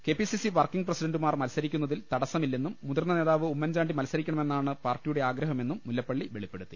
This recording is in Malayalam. K P C C working പ്രസിഡണ്ടുമാർ മത്സരിക്കുന്ന തിൽ തടസ്സമില്ലെന്നും മുതിർന്ന് നേതാവ് ഉമ്മൻചാണ്ടി മത്സരി ക്കണമെന്നാണ് പാർട്ടിയുടെ ആഗ്രഹ്മെന്നും മുല്ലപ്പള്ളി വെളി പ്പെടുത്തി